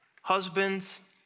Husbands